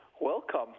Welcome